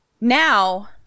Now